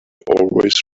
always